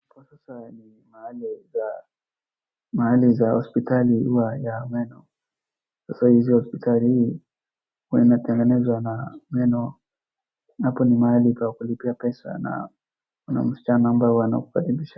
Hapa sasa ni mahali ya mahali za hospitali huwa ya meno sasa. Hizi hospitali hii huwainatengenezwa na meno hapo ni mahali ya kulipia pesa na msichana ambaye anakukaribisha.